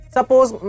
Suppose